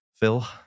Phil